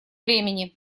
времени